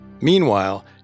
Meanwhile